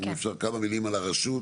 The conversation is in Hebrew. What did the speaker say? אם אפשר כמה מילים על הרשות,